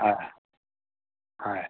হয় হয়